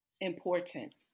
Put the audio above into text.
Important